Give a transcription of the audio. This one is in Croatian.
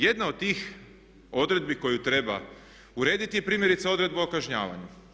Jedna od tih odredbi koju treba urediti je primjerice odredba o kažnjavanju.